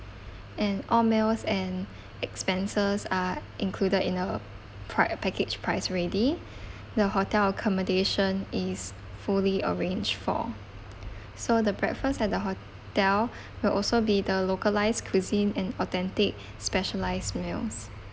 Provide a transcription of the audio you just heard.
and all meals and expenses are included in uh price package price already the hotel accommodation is fully arranged for so the breakfast at the hotel will also be the localised cuisine and authentic specialised meals